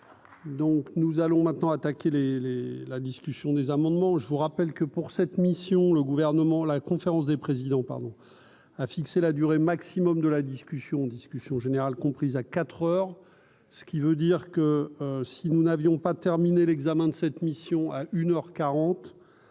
Donc nous allons maintenant attaquer les les la discussion des amendements, je vous rappelle que pour cette mission, le gouvernement, la conférence des présidents, pardon à fixer la durée maximum de la discussion discussion générale compris à quatre heures, ce qui veut dire que si nous n'avions pas terminé l'examen de cette mission à une